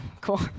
cool